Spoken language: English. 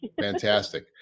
Fantastic